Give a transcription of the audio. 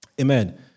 Amen